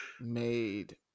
made